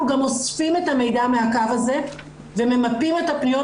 אנחנו גם אוספים את המידע מהקו הזה וממפים את הפניות